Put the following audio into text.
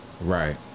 Right